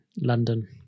London